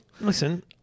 Listen